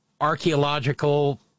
archaeological